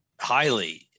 highly